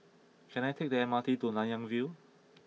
can I take the M R T to Nanyang View